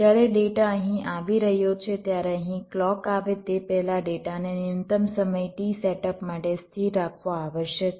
જ્યારે ડેટા અહીં આવી રહ્યો છે ત્યારે અહીં ક્લૉક આવે તે પહેલાં ડેટાને ન્યૂનતમ સમય t સેટઅપ માટે સ્થિર રાખવો આવશ્યક છે